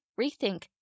rethink